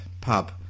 pub